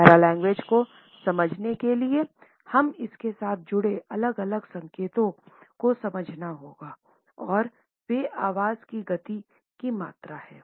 paralanguage को समझने के लिए हमें इसके साथ जुड़े अलग अलग संकेतों को समझना होगा और ये आवाज की गति की मात्रा हैं